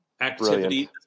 activity